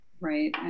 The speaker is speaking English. Right